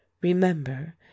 Remember